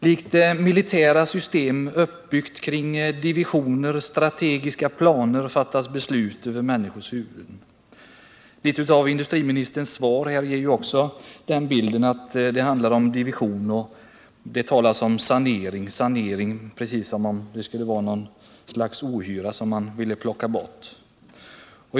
Som om det gällde militära system, uppbyggda kring divisioner och strategiska planer, fattas beslut över människors huvuden. Också i industriministerns svar talas det om divisioner, och det talas även om sanering — precis som om det handlade om något slags ohyra som man måste få bukt med.